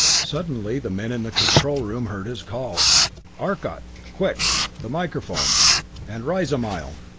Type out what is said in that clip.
suddenly the men in the control room heard his call arcot quick the microphone and rise a mile!